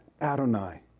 Adonai